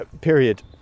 period